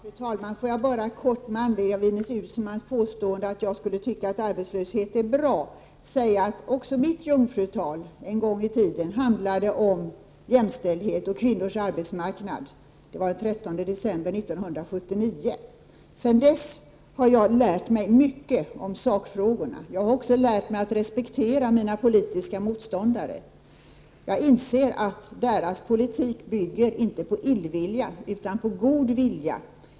Fru talman! Får jag bara kort, med anledning av Ines Uusmanns påstående att jag skulle tycka det är bra med arbetslöshet, säga att också mitt jungfrutal en gång i tiden handlade om jämställdhet och kvinnors arbetsmarknad. Det var den 13 december 1979. Sedan dess har jag lärt mig mycket om sakfrågorna. Jag har också lärt mig att respektera mina politiska motståndare. Jag inser att deras politik bygger inte på illvilja, utan på god vilja.